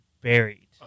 buried